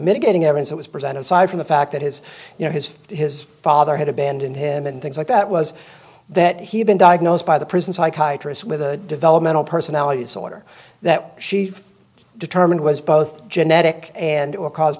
mitigating evidence that was presented side from the fact that his you know his his father had abandoned him and things like that was that he had been diagnosed by the prison psychiatry as with a developmental personality disorder that she determined was both genetic and or caused